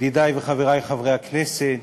תודה רבה, ידידי וחברי חברי הכנסת,